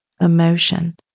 emotion